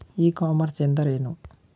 E commerce ಎಂದರೇನು?